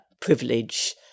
privilege